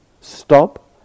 Stop